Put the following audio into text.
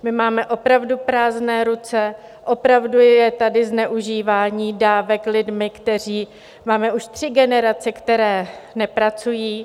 My máme opravdu prázdné ruce, opravdu je tady zneužívání dávek lidmi, kteří máme už tři generace, které nepracují.